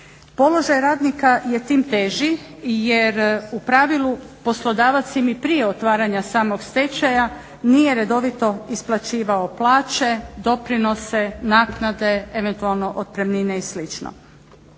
Položaj radnika je tim teži jer u pravilu poslodavac i prije otvaranja samog stečaja nije redovito isplaćivao plaće, doprinose, naknade, eventualno otpremnine i